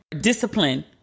discipline